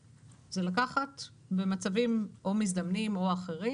זה לקחת במצבים או מזדמנים או אחרים,